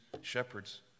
shepherds